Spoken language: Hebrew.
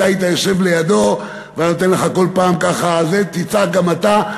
אתה היית יושב לידו והוא היה נותן לך כל פעם ואומר לך: תצעק גם אתה.